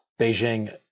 Beijing